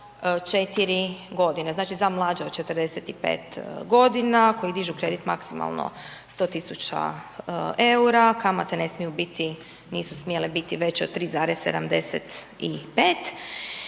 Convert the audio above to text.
4 g., znači za mlađe od 45 g. koji dižu kredit maksimalno 100 000 eura, kamate nisu smjele biti od 3,75